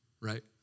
right